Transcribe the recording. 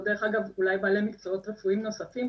או דרך אגב אולי בעלי מקצועות רופאים נוספים,